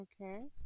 Okay